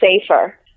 safer